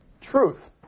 Truth